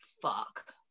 Fuck